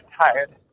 tired